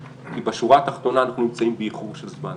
כי בשורה התחתונה אנחנו נמצאים באיחור של זמן.